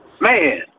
Man